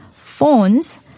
phones